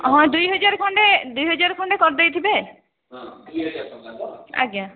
ହଁ ଦୁଇହଜାର ଖଣ୍ଡେ ଦୁଇହଜାର ଖଣ୍ଡେ କରି ଦେଇଥିବେ ଆଜ୍ଞା